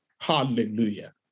hallelujah